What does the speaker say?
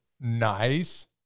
Nice